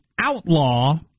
outlaw